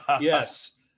yes